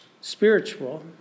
spiritual